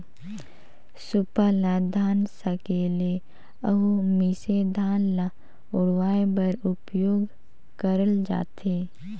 सूपा ल धान सकेले अउ मिसे धान ल उड़वाए बर उपियोग करल जाथे